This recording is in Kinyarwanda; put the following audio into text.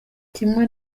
kimwe